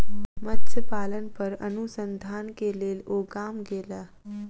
मत्स्य पालन पर अनुसंधान के लेल ओ गाम गेला